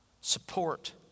support